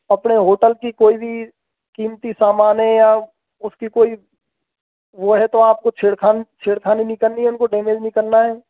अपने होटल की कोई भी कीमती सामानें है या उसकी कोई वो है तो आपको छेड़खानी नही करनी है उनको डेमेज नहीं करना है